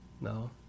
No